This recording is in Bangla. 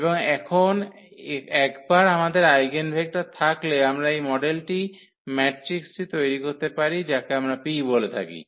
এবং এখন একবার আমাদের আইগেনভেক্টর থাকলে আমরা এই মডেলটি ম্যাট্রিক্সটি তৈরি করতে পারি যাকে আমরা P বলে থাকি